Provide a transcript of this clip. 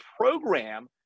program